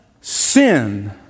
sin